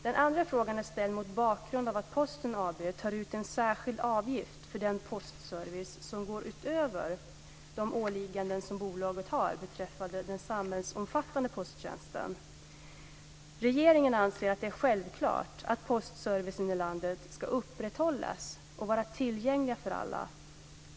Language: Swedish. Den andra frågan är ställd mot bakgrund av att Posten AB tar ut en särskild avgift för den postservice som går utöver de åligganden som bolaget har beträffande den samhällsomfattande posttjänsten. Regeringen anser att det är självklart att postservicen i landet ska upprätthållas och vara tillgänglig för alla.